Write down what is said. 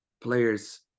players